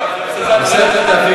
לא, אבל צריך לדעת, אבל זה גם טוב.